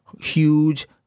huge